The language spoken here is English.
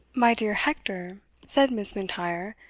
my dear hector! said miss m'intyre,